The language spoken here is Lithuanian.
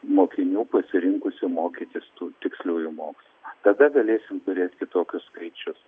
mokinių pasirinkusių mokytis tų tiksliųjų mokslų tada galėsim turėt kitokius skaičius